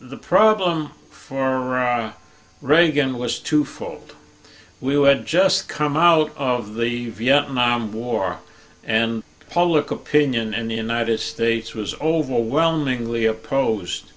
the problem for ronald reagan was twofold we would just come out of the vietnam war and public opinion and the united states was overwhelmingly opposed